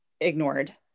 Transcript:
ignored